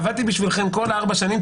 עבדתי בשבילכם ארבע שנים,